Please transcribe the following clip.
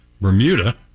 bermuda